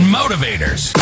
motivators